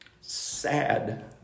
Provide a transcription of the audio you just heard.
sad